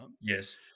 Yes